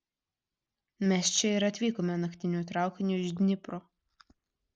mes čia ir atvykome naktiniu traukiniu iš dnipro